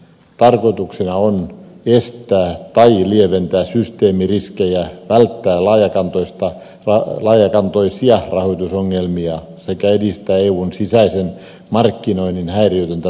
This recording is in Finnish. tarkoituksena on estää tai lieventää systeemiriskejä välttää laajakantoisia rahoitusongelmia sekä edistää eun sisäisen markkinoinnin häiriötöntä toimintaa